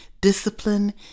discipline